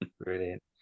Brilliant